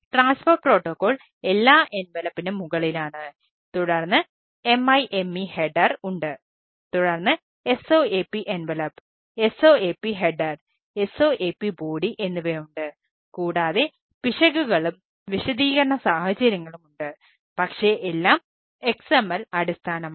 transport protocol എന്നിവയുണ്ട് കൂടാതെ പിശകുകളും വിശദീകരണ സാഹചര്യങ്ങളും ഉണ്ട് പക്ഷേ എല്ലാം XML അടിസ്ഥാനമാണ്